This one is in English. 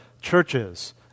churches